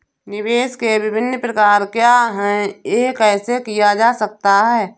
निवेश के विभिन्न प्रकार क्या हैं यह कैसे किया जा सकता है?